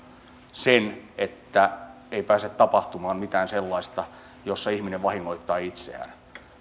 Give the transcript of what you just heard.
sen että ei pääse tapahtumaan mitään sellaista että ihminen vahingoittaa itseään